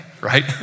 right